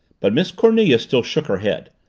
but miss cornelia still shook her head.